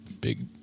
Big